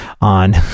on